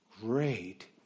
Great